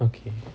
okay